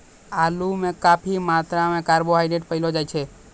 आलू म काफी मात्रा म कार्बोहाइड्रेट पयलो जाय छै